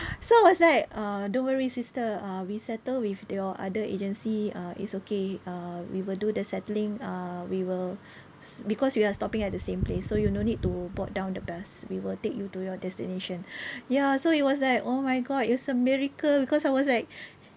so was like uh don't worry sister uh we settle with your other agency uh it's okay uh we will do the settling uh we will because we are stopping at the same place so you no need to board down the bus we will take you to your destination ya so it was like oh my god it's a miracle cause I was like